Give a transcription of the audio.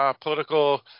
Political